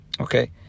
Okay